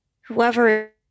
whoever